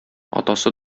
атасы